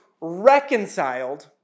reconciled